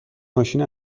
ماشین